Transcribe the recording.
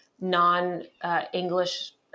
non-English